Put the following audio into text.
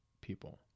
people